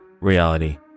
reality